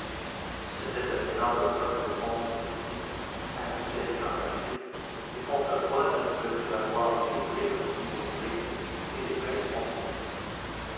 c'était un énorme bloc de fonte et d'acier à l'aspect rébarbatif et contre quoi ne pouvaient prévaloir ni les limes ni les vrilles ni les pinces monseigneur